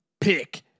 Pick